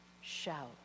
shout